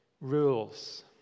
rules